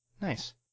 Nice